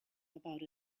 about